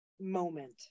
moment